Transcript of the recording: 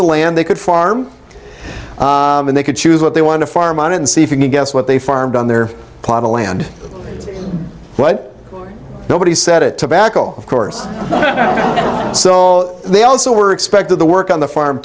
of land they could fly arm and they could choose what they want to farm on and see if you can guess what they farmed on their plot of land but nobody said it tobacco of course so they also were expected to work on the farm